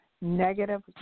negative